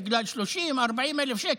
בגלל 30,000 40,000 שקל.